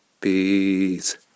peace